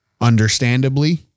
Understandably